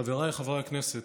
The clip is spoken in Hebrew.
חבריי חברי הכנסת,